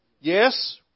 Yes